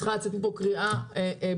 צריכה לצאת מפה קריאה ברורה,